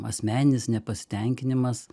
asmeninis nepasitenkinimas